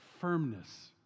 firmness